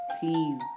please